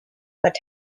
but